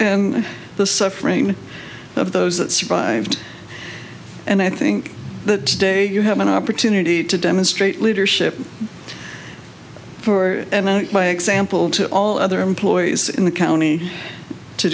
and the suffering of those that survived and i think that day you have an opportunity to demonstrate leadership for by example to all other employees in the county to